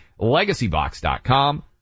LegacyBox.com